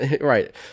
right